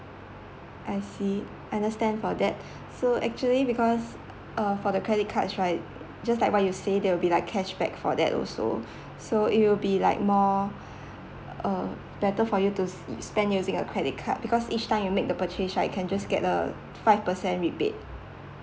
I see understand for that so actually because uh for the credit cards right just like what you say they will be like cashback for that also so it will be like more uh better for you to spend using a credit card because each time you make the purchase right you can just get the five percent rebate